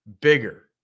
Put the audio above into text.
bigger